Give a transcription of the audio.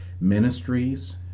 ministries